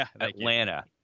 Atlanta